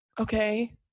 Okay